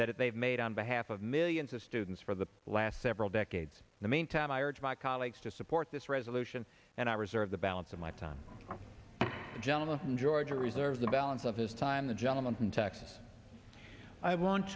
that they've made on behalf of millions of students for the last several decades in the meantime i urge my colleagues to support this resolution and i reserve the balance of my time gentleman from georgia reserve the balance of his time the gentleman from texas i want